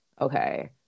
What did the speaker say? okay